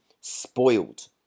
spoiled